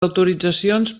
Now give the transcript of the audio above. autoritzacions